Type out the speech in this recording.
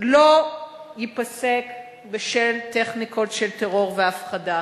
לא ייפסק בשל טכניקות של טרור והפחדה.